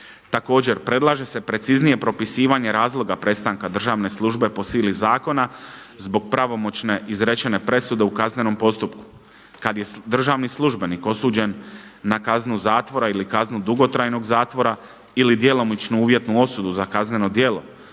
Također predlaže se preciznije propisivanje razloga prestanka državne službe po sili zakona zbog pravomoćne izrečene presude u kaznenom postupku. Kada je državni službenik osuđen na kaznu zatvora ili kaznu dugotrajnog zatvora ili djelomičnu uvjetnu osudu za kazneno djelo